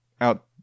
out